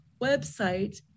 website